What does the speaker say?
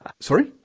Sorry